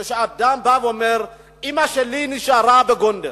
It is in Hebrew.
כשאדם בא ואומר: אמא שלי נשארה בגונדר,